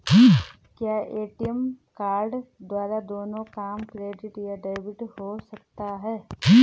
क्या ATM card द्वारा दोनों काम क्रेडिट या डेबिट हो सकता है?